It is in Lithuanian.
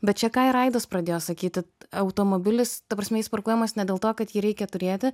bet čia ką ir aidas pradėjo sakyti automobilis ta prasme jis parkuojamas ne dėl to kad jį reikia turėti